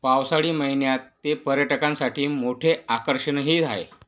पावसाळी महिन्यात ते पर्यटकांसाठी मोठे आकर्षणही आहे